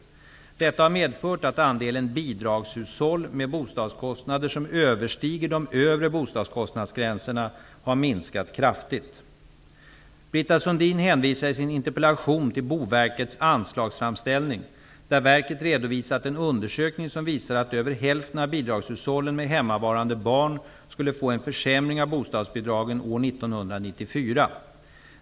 Detta har medfört att andelen bidragshushåll med bostadskostnader som överstiger de övre bostadskostnadsgränserna har minskat kraftigt. Britta Sundin hänvisar i sin interpellation till Boverkets anslagsframställning där verket redovisat en undersökning som visar att över hälften av bidragshushållen med hemmavarande barn skulle få en försämring av bostadsbidragen år 1994.